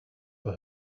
for